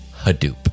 hadoop